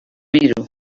miro